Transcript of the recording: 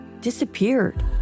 disappeared